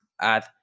add